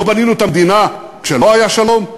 לא בנינו את המדינה כשלא היה שלום?